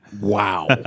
Wow